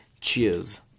cheers